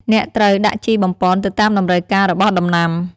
អ្នកត្រូវដាក់ជីបំប៉នទៅតាមតម្រូវការរបស់ដំណាំ។